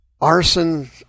arson